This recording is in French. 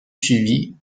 suivit